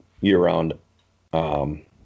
year-round